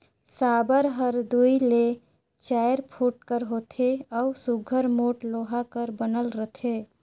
साबर हर दूई ले चाएर फुट कर होथे अउ सुग्घर मोट लोहा कर बनल रहथे